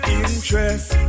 interest